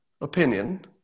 opinion